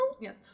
Yes